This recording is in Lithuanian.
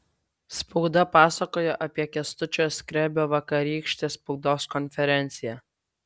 spauda pasakoja apie kęstučio skrebio vakarykštę spaudos konferenciją